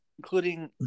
including